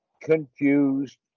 confused